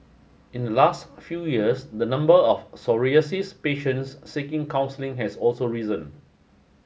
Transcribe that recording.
in the last few years the number of psoriasis patients seeking counselling has also risen